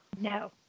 no